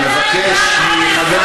מיקי פה?